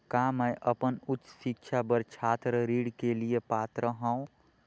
का मैं अपन उच्च शिक्षा बर छात्र ऋण के लिए पात्र हंव?